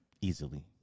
easily